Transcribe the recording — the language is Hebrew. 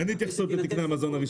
אין התייחסות לתקני המזון הרשמיים.